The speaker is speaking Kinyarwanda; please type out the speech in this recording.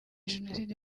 jenoside